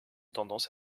tendance